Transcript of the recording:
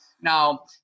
Now